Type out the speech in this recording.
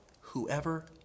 Whoever